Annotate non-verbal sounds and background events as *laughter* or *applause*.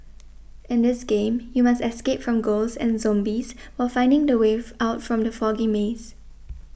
in this game you must escape from ghosts and zombies while finding the way *unintelligible* out from the foggy maze